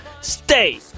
stay